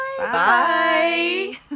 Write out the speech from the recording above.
Bye